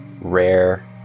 rare